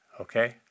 okay